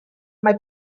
mae